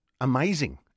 amazing